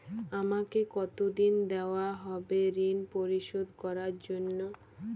আমাকে কতদিন দেওয়া হবে ৠণ পরিশোধ করার জন্য?